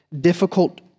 difficult